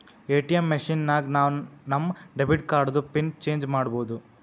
ATM machine ನಾಗ್ ನಾವ್ ನಮ್ ಡೆಬಿಟ್ ಕಾರ್ಡ್ದು ಪಿನ್ ಚೇಂಜ್ ಮಾಡ್ಬೋದು